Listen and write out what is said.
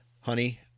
honey